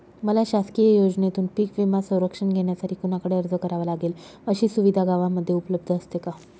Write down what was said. मला शासकीय योजनेतून पीक विमा संरक्षण घेण्यासाठी कुणाकडे अर्ज करावा लागेल? अशी सुविधा गावामध्ये उपलब्ध असते का?